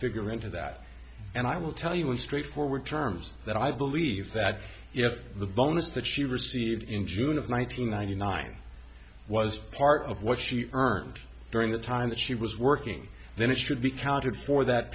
figure into that and i will tell you a straightforward terms that i believe that if the bonus that she received in june of one thousand nine hundred nine was part of what she earned during the time that she was working then it should be counted for that